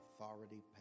authority